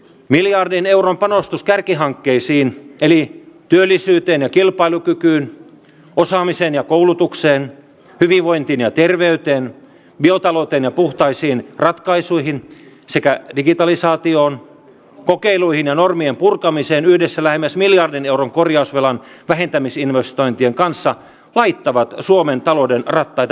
miljardin euron panostus kärkihankkeisiin eli työllisyyteen ja kilpailukykyyn osaamiseen ja koulutukseen hyvinvointiin ja terveyteen biotalouteen ja puhtaisiin ratkaisuihin sekä digitalisaatioon kokeiluihin ja normien purkamiseen yhdessä lähemmäs miljardin euron korjausvelan vähentämisinvestointien kanssa laittavat suomen talouden rattaita pyörimään